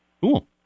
Cool